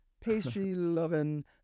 pastry-loving